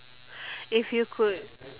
if you could